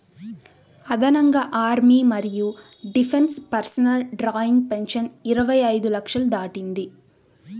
అదనంగా ఆర్మీ మరియు defence personnel drawing pension ఇరవై ఐదు లక్షలు దాటింది